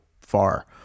far